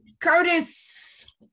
Curtis